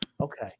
Okay